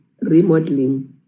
remodeling